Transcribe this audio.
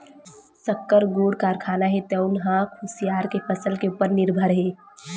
सक्कर, गुड़ कारखाना हे तउन ह कुसियार के फसल के उपर निरभर हे